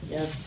Yes